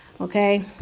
okay